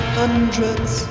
hundreds